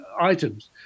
items